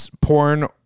porn